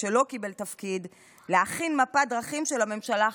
שלא קיבלו תפקיד להכין מפת דרכים של הממשלה החדשה,